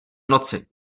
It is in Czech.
noci